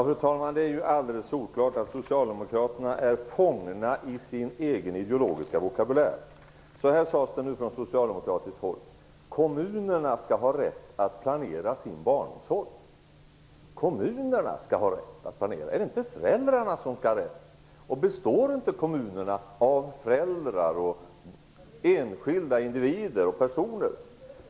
Fru talman! Det är ju alldeles solklart att socialdemokraterna är fångna i sin egen ideologiska vokabulär. Det sades nu från socialdemokratiskt håll att kommunerna skall ha rätt att planera sin barnomsorg. Är det kommunerna, inte föräldrarna, som skall ha den rätten? Består inte kommunerna av föräldrar och andra enskilda individer?